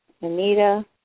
Anita